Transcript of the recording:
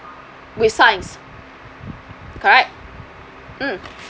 with science correct mm